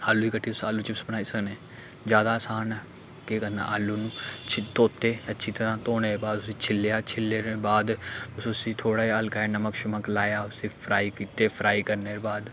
आलू गी कट्टियै तुस आलू चिप्स बनाई सकने ज्यादा असान ऐ केह् करना आलू नू छिल्ल धोते अच्छी तरह धोने दे बाद उसी छिल्लेआ छिल्लने दे बाद तुस उसी थोह्ड़ा जेहा हल्का नमक शमक लाया उसी फ्राई कीते फ्राई करने दे बाद